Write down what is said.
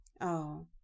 Oh